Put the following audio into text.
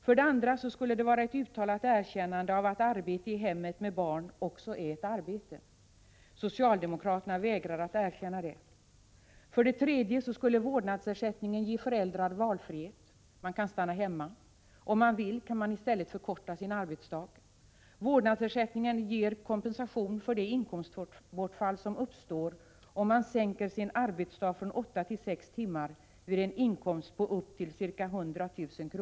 För det andra skulle införandet av en vårdnadsersättning vara ett uttalat erkännande av att också arbete med barn i hemmet är ett arbete. Socialdemokraterna vägrar att erkänna det. För det tredje skulle vårdnadsersättningen ge föräldrar valfrihet. De kan välja att arbeta hemma. Om de vill kan de i stället förkorta sin arbetsdag. Vårdnadsersättningen ger kompensation för det inkomstbortfall som uppstår för den som minskar sin arbetsdag från åtta till sex timmar och som har en inkomst på upp till ca 100 000 kr.